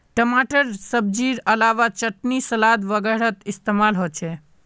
टमाटर सब्जिर अलावा चटनी सलाद वगैरहत इस्तेमाल होचे